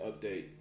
update